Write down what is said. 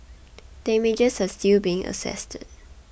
damages are still being assessed